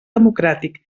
democràtic